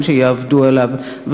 שיעבדו עליו,